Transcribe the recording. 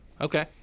Okay